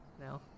now